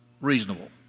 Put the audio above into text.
reasonable